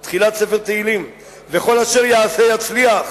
זה בתחילת ספר תהילים, "וכל אשר יעשה יצליח.